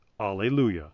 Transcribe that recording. Alleluia